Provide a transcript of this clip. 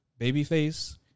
babyface